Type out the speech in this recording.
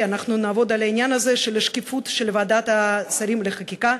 על העניין הזה של השקיפות של ועדת השרים לחקיקה,